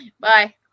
bye